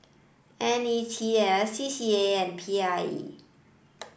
N E T S C C A and P I E